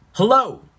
Hello